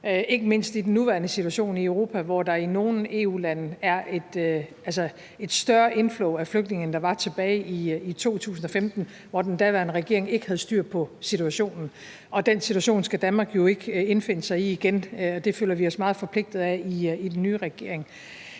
ikke mindst i den nuværende situation i Europa, hvor der i nogle EU-lande er et større inflow af flygtninge, end der var tilbage i 2015, hvor den daværende regering ikke havde styr på situationen. Den situation skal Danmark jo ikke befinde sig i igen, og det føler vi os meget forpligtet af i den nye regering.